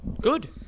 Good